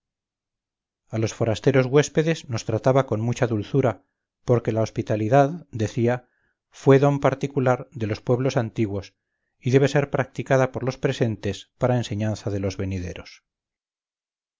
a los forasteros huéspedes nos trataba con mucha dulzura porque la hospitalidad decía fue don particular de los pueblos antiguos y debe ser practicada por los presentes para enseñanza de los venideros